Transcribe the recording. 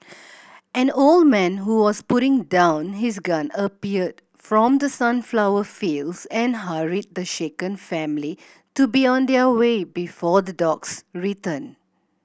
an old man who was putting down his gun appeared from the sunflower fields and hurried the shaken family to be on their way before the dogs return